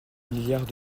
milliard